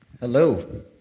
Hello